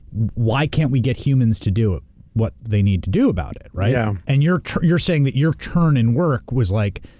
why can't we get humans to do what they need to do about it, right? yeah. and you're saying that your turn in work was like,